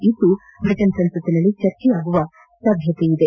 ಇಂದು Britain ಸಂಸತ್ತಿನಲ್ಲಿ ಚರ್ಚೆ ನಡೆಯುವ ಸಾಧ್ಯತೆಯಿದೆ